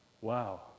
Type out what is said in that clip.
Wow